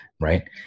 right